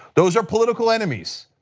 those are political enemies,